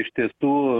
iš ties tų